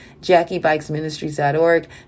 jackiebikesministries.org